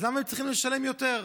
אז למה הם צריכים לשלם יותר?